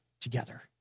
together